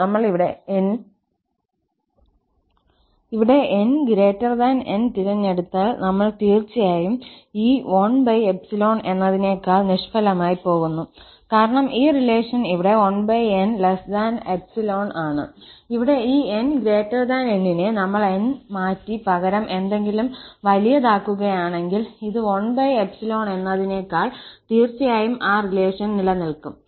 നമ്മൾ ഇവിടെ 𝑛 𝑁 തിരഞ്ഞെടുത്താൽനമ്മൾ തീർച്ചയായും ഈ 1 എന്നതിനേക്കാൾ നിഷ്ഫലമായി പോകുന്നു കാരണം ഈ റിലേഷൻ ഇവിടെ 1n∈ആണ് ഇവിടെ ഈ 𝑛𝑁 നെ നമ്മൾ N മാറ്റി പകരം എന്തെങ്കിലും വലിയതാക്കുകയാണെങ്കിൽ ഇത് 1 എന്നതിനേക്കാൾ തീർച്ചയായും ആ റിലേഷൻ നിലനിൽക്കും